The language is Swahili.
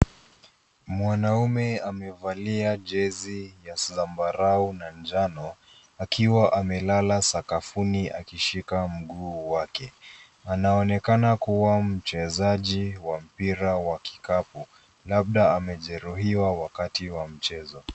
Mwanaume amevalia jezi ya zambarau na njano akiwa amelala sakafuni akishika mguu wake. Anaonekana kuwa mchezaji wa mpira wa kikapu, labda amejeruhiwa wakati wa mchezo.